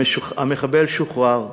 המחבל שוחרר,